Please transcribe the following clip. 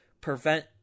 prevent